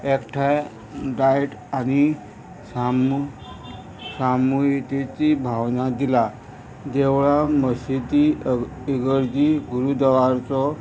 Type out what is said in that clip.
एकठांय डायट आनी सामू सामुहितेची भावना दिला देवळां मशिती इगर्दी गुरू देवारचो